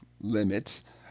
limits